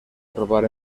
trobar